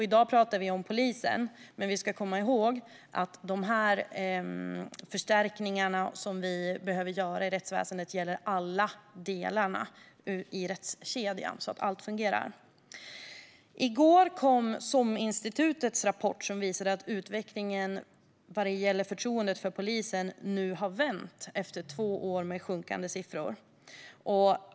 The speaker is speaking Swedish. I dag pratar vi om polisen, men vi ska komma ihåg att de förstärkningar som vi behöver göra gäller rättskedjans alla delar. I går kom SOM-institutets rapport som visade att utvecklingen vad gäller förtroendet för polisen nu har vänt efter två år med sjunkande siffror.